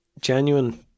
genuine